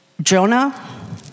Jonah